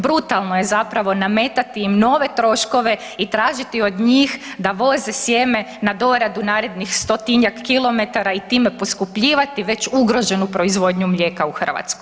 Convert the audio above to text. Brutalno je zapravo nametati im nove troškove i tražiti od njih da voze sjeme na doradu narednih stotinjak kilometara i time poskupljivati već ugroženu proizvodnju mlijeka u Hrvatskoj.